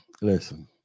Listen